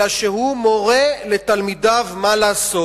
אלא שהוא מורה לתלמידיו מה לעשות.